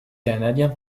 canadiens